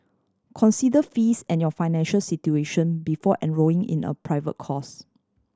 consider fees and your financial situation before enrolling in a private course